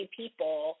people